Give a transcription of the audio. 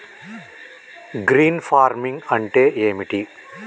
Green farming అంటే ఏమిటి?